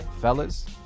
Fellas